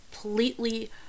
completely